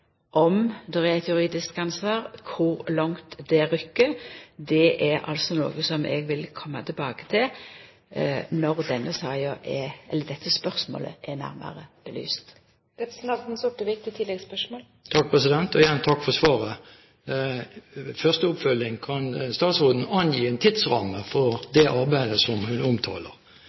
er eit juridisk ansvar, og kor langt det rekk. Det er noko som eg vil koma tilbake til når dette spørsmålet er nærmare belyst. Igjen takk for svaret. Første oppfølging: Kan statsråden angi en tidsramme for det arbeidet som